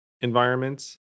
environments